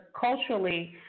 culturally